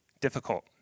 difficult